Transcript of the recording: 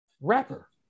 rapper